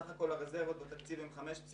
בסך הכול הרזרבות בתקציב הן 5.3,